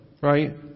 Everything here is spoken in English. right